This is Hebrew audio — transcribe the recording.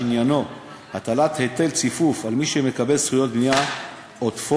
שעניינו הטלת היטל ציפוף על מי שמקבל זכויות בניה עודפות,